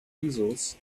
easels